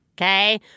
Okay